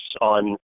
on